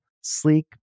sleek